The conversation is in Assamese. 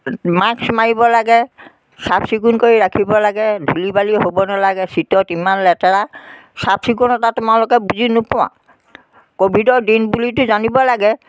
মাস্ক মাৰিব লাগে চাফচিকুণ কৰি ৰাখিব লাগে ধূলি বালি হ'ব নালাগে চিটত ইমান লেতেৰা চাফচিকুনতা তোমালোকে বুজি নোপোৱা ক'ভিডৰ দিন বুলিতো জানিব লাগে